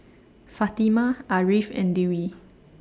Fatimah Ariff and Dewi